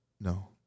no